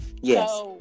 Yes